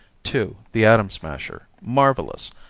two the atom smasher marvelous!